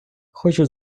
хочу